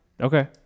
Okay